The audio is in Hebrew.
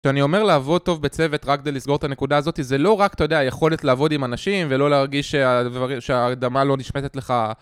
שאני אומר לעבוד טוב בצוות רק כדי לסגור את הנקודה הזאתי, זה לא רק כדי, אתה יודע, היכולת לעבוד עם אנשים ולא להרגיש שה.. שהאדמה לא נשמטת לך.